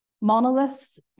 monoliths